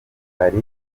hari